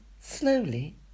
Slowly